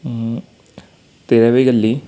तेरावी गल्ली